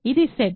ఇది సెట్